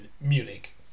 Munich